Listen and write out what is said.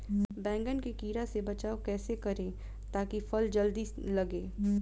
बैंगन के कीड़ा से बचाव कैसे करे ता की फल जल्दी लगे?